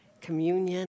communion